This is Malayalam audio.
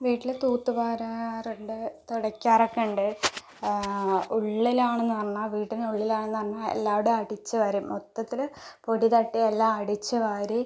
വീട്ടിൽ തൂത്തുവാരാറുണ്ട് തുടക്കാറൊക്കെ ഉണ്ട് ഉള്ളിലാണെന്ന് പറഞ്ഞാൽ വീട്ടിനുള്ളിലാണ് എന്ന് പറഞ്ഞാൽ എല്ലാവിടേയും അടിച്ചുവാരും മൊത്തത്തില് പൊടി തട്ടി എല്ലാം അടിച്ചു വാരി